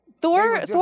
Thor